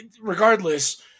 regardless